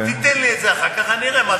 תיתן לי את זה אחר כך ואראה.